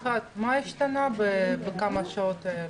יפעת, מה השתנה בכמה השעות האלה?